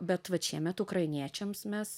bet vat šiemet ukrainiečiams mes